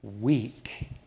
weak